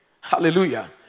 Hallelujah